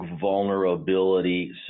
vulnerability